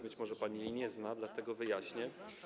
Być może pani jej nie zna, dlatego wyjaśnię.